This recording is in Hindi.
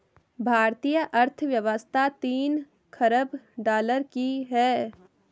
भारतीय अर्थव्यवस्था तीन ख़रब डॉलर की है